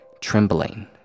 trembling